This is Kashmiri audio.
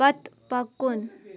پتہٕ پکُن